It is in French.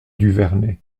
duvernet